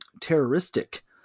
terroristic